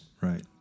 Right